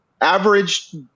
average